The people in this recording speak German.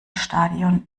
stadion